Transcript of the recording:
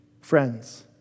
friends